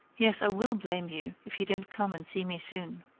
yes, i will blame you if you don't come and see me soon.